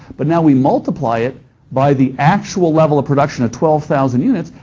but now we multiply it by the actual level of production of twelve thousand units,